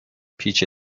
پیچ